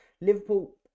Liverpool